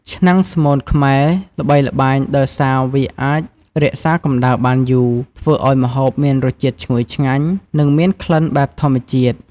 ឆ្នាំងស្មូនខ្មែរ ល្បីល្បាញដោយសារវាអាចរក្សាកម្ដៅបានយូរ ធ្វើឲ្យម្ហូបមានរសជាតិឈ្ងុយឆ្ងាញ់ និងមានក្លិនបែបធម្មជាតិ។